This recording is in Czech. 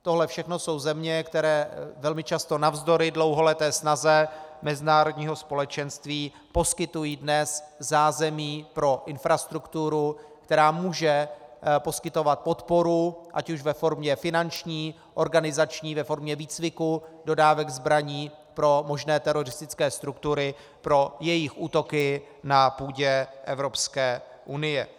Tohle všechno jsou země, které velmi často navzdory dlouholeté snaze mezinárodního společenství poskytují dnes zázemí pro infrastrukturu, která může poskytovat podporu ať už ve formě finanční, organizační, ve formě výcviku, dodávek zbraní pro možné teroristické struktury pro jejich útoky na půdě Evropské unie.